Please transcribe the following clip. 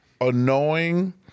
annoying